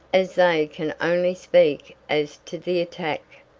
as they can only speak as to the attack,